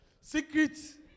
Secrets